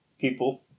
people